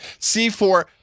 c4